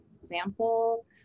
example